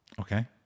okay